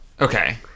Okay